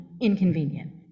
inconvenient